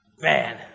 Man